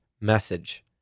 message